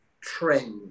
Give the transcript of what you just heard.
trend